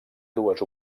dues